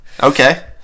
okay